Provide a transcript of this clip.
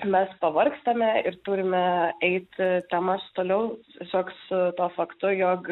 mes pavargstame ir turime eiti temas toliau tiesiog su tuo faktu jog